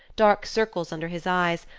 dark circles under his eyes,